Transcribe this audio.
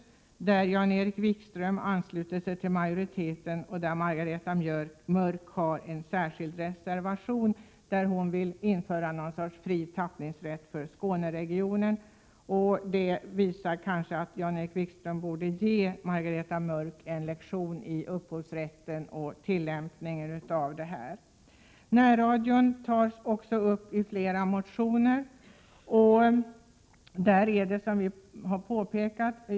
Av dessa ansluter sig Jan-Erik Wikström till majoriteten, medan Margareta Mörck avgivit en reservation, enligt vilken hon vill införa någon sorts fri tappningsrätt för Skåneregionen. Detta visar kanske på att Jan-Erik Wikström borde ge Margareta Mörck en lektion i fråga om upphovsrätten och tillämpningen av bestämmelserna därvidlag. Närradion tas också upp i flera motioner.